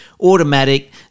automatic